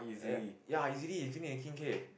ya usually eighteen K